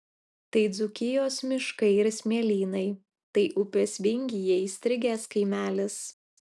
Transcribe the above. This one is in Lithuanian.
tai dzūkijos miškai ir smėlynai tai upės vingyje įstrigęs kaimelis